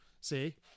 See